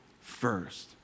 first